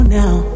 now